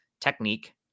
technique